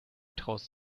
traust